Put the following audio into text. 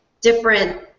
different